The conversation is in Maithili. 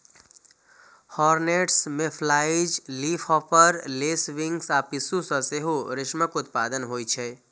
हौर्नेट्स, मेफ्लाइज, लीफहॉपर, लेसविंग्स आ पिस्सू सं सेहो रेशमक उत्पादन होइ छै